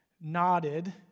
nodded